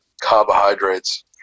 carbohydrates